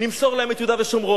נמסור להם את יהודה ושומרון